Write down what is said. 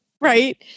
right